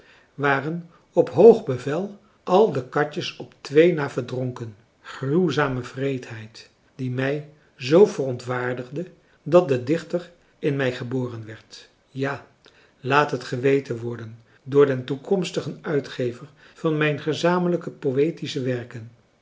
waren op hoog bevel al de katjes op twee na verdronken gruwzame wreedheid die mij z verontwaardigde dat de dichter in mij geboren werd ja laat het geweten worden door den toekomstigen uitgever van mijn gezamenlijke poëtische werken